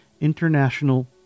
international